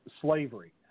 slavery